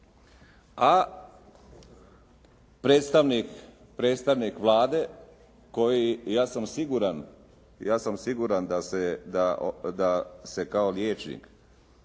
a predstavnik Vlade koji, ja sam siguran, ja sam siguran